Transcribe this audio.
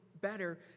better